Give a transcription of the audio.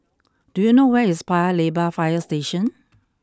do you know where is Paya Lebar Fire Station